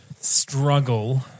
struggle